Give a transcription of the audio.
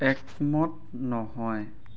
একমত নহয়